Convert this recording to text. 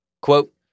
Quote